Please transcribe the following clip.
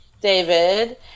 David